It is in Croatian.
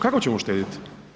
Kako ćemo uštedjeti?